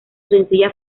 sencilla